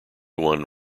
one